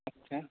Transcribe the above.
okay